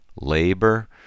labor